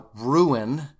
ruin